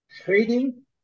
trading